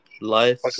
Life